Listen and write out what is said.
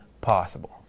possible